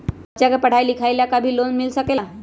बच्चा के पढ़ाई लिखाई ला भी लोन मिल सकेला?